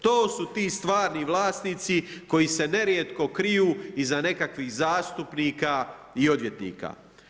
To su ti stvarni vlasnici koji se nerijetko kriju iza nekakvih zastupnika i odvjetnika.